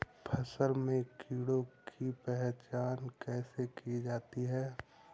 फसल में कीड़ों की पहचान कैसे की जाती है?